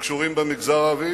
שקשורים במגזר הערבי,